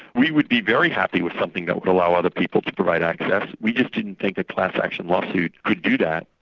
we would be very happy with something that will allow other people to provide access, we just didn't think a class action lawsuit could do that.